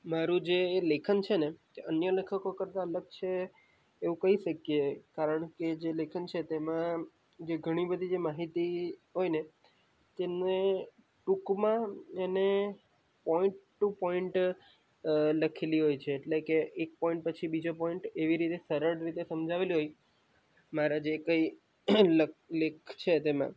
મારુ જે લેખન છે ને એ અન્ય લેખકો કરતાં અલગ છે એવું કહી શકીએ કારણ કે એ જે લેખન છે તેમાં જે ઘણી બધી જે માહિતી હોય ને તેમને ટૂંકમાં અને પોઈંટ ટુ પોઇન્ટ લખેલી હોય છે એટલે કે એક પોઇન્ટ પછી બીજો પોઇન્ટ એવી રીતે સરળ રીતે સમજાવેલી હોય છે મારા જે કાંઈ લેખ છે તેમાં